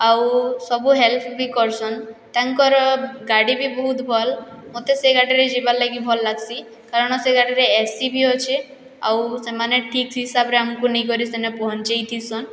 ଆଉ ସବୁ ହେଲ୍ପ୍ ବି କର୍ସନ୍ ତାଙ୍କର୍ ଗାଡ଼ି ବି ବହୁତ୍ ଭଲ୍ ମତେ ସେ ଗାଡ଼ିରେ ଯିବାର୍ ଲାଗି ଭଲ୍ ଲାଗ୍ସି କାରଣ ସେ ଗାଡ଼ିରେ ଏ ସି ବି ଅଛେ ଆଉ ସେମାନେ ଠିକ୍ ହିସାବ୍ରେ ଆମ୍କୁ ନେଇକରି ସେନେ ପହଞ୍ଚେଇଥିସନ୍